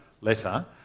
letter